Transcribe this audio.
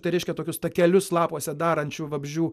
tai reiškia tokius takelius lapuose darančių vabzdžių